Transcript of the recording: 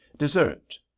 dessert